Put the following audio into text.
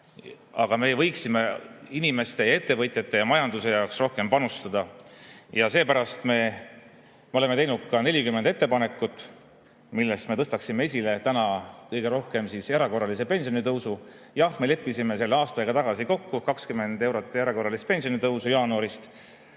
aga me võiksime inimeste ja ettevõtjate ja majanduse jaoks rohkem panustada. Ja seepärast me oleme teinud 40 ettepanekut, millest me tõstaksime kõige rohkem esile erakorralise pensionitõusu. Jah, me leppisime aasta aega tagasi kokku 20 eurot erakorralist pensionitõusu jaanuarist,